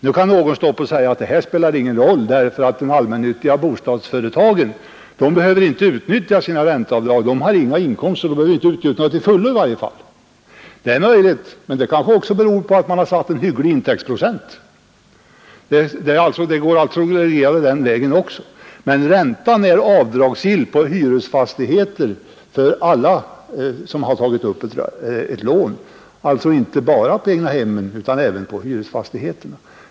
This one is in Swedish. Nu kan någon säga att det här spelar ingen roll; de allmännyttiga bostadsföretagen behöver inte utnyttja sina ränteavdrag eftersom de inte har några egna inkomster. I varje fall behöver de inte utnyttja ränteavdragen till fullo. Det är möjligt, men det kanske beror på att man har satt en hygglig intäktsprocent. Det går alltså att reglera saken också den vägen. Räntan är avdragsgill inte bara för dem som har egnahem utan också för hyresfastigheter där man har tagit upp ett lån.